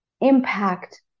impact